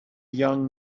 young